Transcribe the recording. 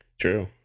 true